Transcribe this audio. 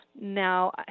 Now